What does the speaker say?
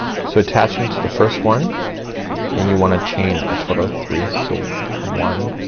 so attaching to the first one and you wanna chain a total of three. so one,